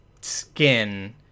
skin